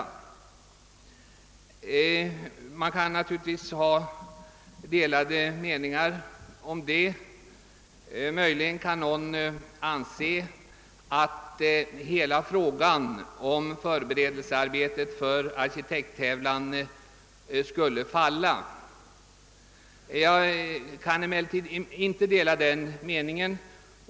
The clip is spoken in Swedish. Därom kan naturligtvis delade meningar råda. Möjligen kan någon anse att hela frågan om förberedelsearbetet för arkitekttävlan förfaller. Jag kan emellertid inte dela den meningen.